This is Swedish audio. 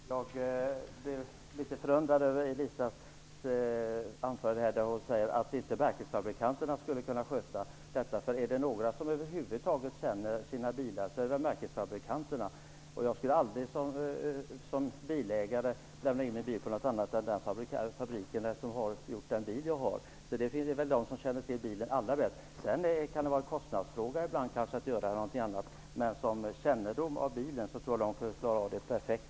Fru talman! Jag blir litet förundrad av Elisa Abascal-Reyes anförande. Hon säger att inte märkesfabrikanterna skulle kunna sköta detta, men är det några som över huvud taget känner till sina bilar, är det ju de! Jag skulle som bilägare aldrig lämna in min bil någon annanstans än hos dem som har gjort den bil jag har. Det är väl de som känner till bilen allra bäst. Sedan kan man kanske av kostnadsskäl ibland göra annorlunda, men när det gäller kännedom om bilen, tror jag att de skulle klara av detta perfekt.